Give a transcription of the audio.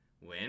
win